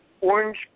Orange